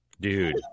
dude